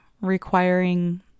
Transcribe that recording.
requiring